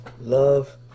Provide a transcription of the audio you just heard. love